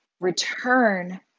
Return